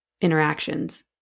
interactions